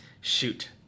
shoot